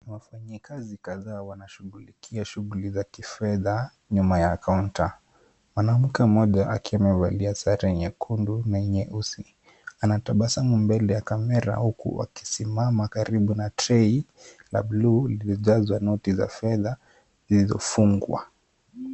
Wafanyikazi kadhaa wanashughulikia shughuli za kifedha nyuma ya kaunta. Mwanamke mmoja akiwa amevalia sare nyekundu na nyeusi, anatabasamu mbele ya kamera huku akisimama karibu na tray la bluu lililojazwa noti za fedha zilizofungwa.